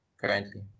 currently